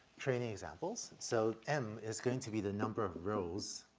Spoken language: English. training examples. so m is going to be the number of rows,